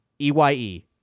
e-y-e